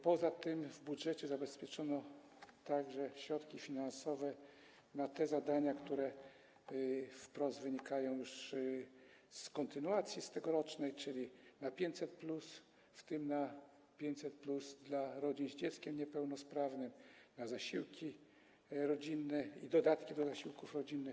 Poza tym w budżecie zabezpieczono także środki finansowe na te zadania, które wprost wynikają już z kontynuacji tegorocznej, czyli na 500+, w tym na 500+ dla rodzin z dzieckiem niepełnosprawnym, na zasiłki rodzinne i dodatki do zasiłków rodzinnych.